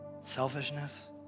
Selfishness